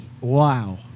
Wow